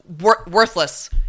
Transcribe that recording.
worthless